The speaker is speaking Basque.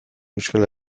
euskal